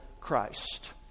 Christ